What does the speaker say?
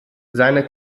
seine